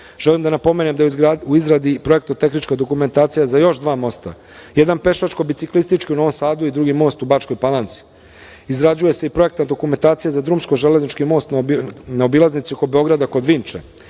Želim da napomenem da je u izradi i projektno-tehnička dokumentacija za još dva mosta, jedan pešačko-biciklistički u Novom Sadu i drugi most u Bačkoj Palanci. Izrađuje se i projektna dokumentacija za drumsko-železnički most na obilaznici oko Beograda kod Vinče. Drugim